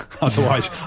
Otherwise